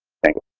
thank you.